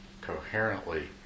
coherently